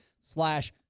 slash